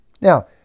Now